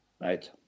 Right